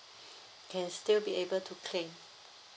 can still be able to claim